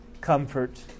comfort